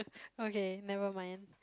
okay never mind